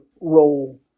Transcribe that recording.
role